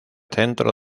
centro